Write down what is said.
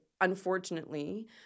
unfortunately